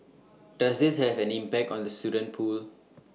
does this have an impact on the student pool